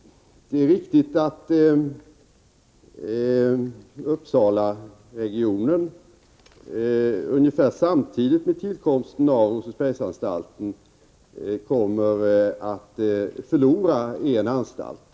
Det är riktigt att Uppsalaregionen ungefär samtidigt med att Rosersbergsanstalten byggs kommer att förlora en anstalt.